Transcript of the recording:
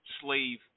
Slave